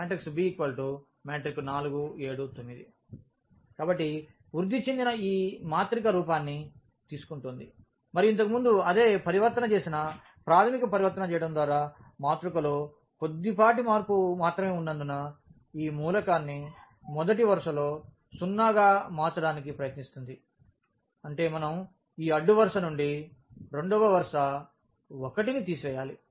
b4 7 9 కాబట్టి ఈ వృద్ధి చెందిన మాత్రిక ఈ రూపాన్ని తీసుకుంటోంది మరియు ఇంతకుముందు అదే పరివర్తన చేసిన ప్రాధమిక పరివర్తన చేయడం ద్వారా మాతృకలో కొద్దిపాటి మార్పు మాత్రమే ఉన్నందున ఈ మూలకాన్ని మొదటి వరుసలో 0 గా మార్చడానికి ప్రయత్నిస్తుంది అంటే మనం ఈ అడ్డు వరుస నుండి 2 వ వరుస 1 ను తీసివేయాలి